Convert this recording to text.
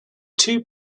two